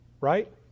right